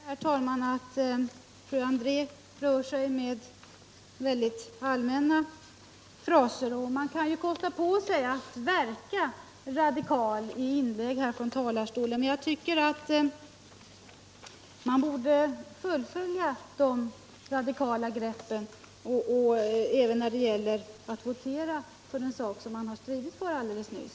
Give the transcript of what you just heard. Herr talman! Jag noterar att fru André rör sig med mycket allmänna fraser. Kan man kosta på sig att verka radikal i inlägg från talarstolen, utbildning och forskning borde man -— tycker jag — fullfölja de radikala greppen även när det gäller att votera för en sak som man har stridit för alldeles nyss.